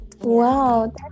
Wow